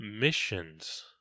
missions